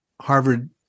Harvard